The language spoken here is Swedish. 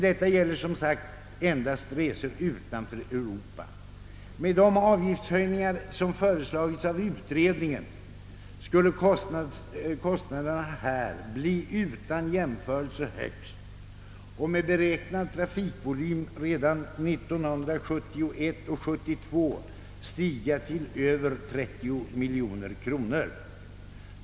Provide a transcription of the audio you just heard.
Detta gäller dock, som sagt, endast resor utanför Europa. Med de avgiftshöjningar som föreslagits av utredningen skulle kostnaderna i Sverige bli utan jämförelse högst och enligt beräknad trafikvolym redan 1971 och 1972 stiga till över 30 miljoner kronor.